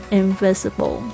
invisible